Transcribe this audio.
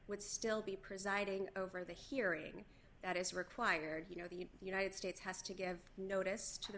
would still be presiding over the hearing that is required you know the united states has to give notice to the